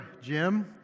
Jim